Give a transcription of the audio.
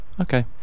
okay